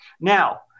Now